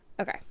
okay